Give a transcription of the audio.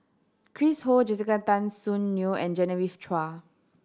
Chris Ho Jessica Tan Soon Neo and Genevieve Chua